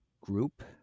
group